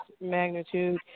magnitude